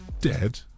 dead